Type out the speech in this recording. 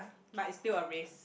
but it's still a risk